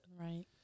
right